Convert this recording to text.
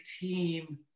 team